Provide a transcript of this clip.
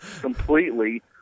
completely